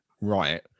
right